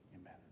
Amen